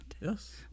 Yes